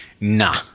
Nah